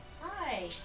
Hi